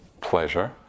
pleasure